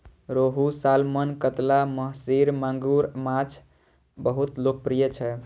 रोहू, सालमन, कतला, महसीर, मांगुर माछ बहुत लोकप्रिय छै